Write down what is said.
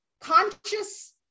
conscious